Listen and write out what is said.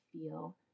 feel